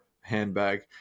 handbag